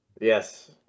Yes